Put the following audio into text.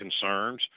concerns